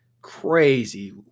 crazy